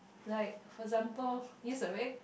like for example use a very